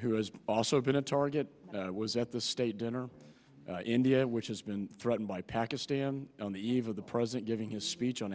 who has also been a target was at the state dinner india which has been threatened by pakistan on the eve of the president giving his speech on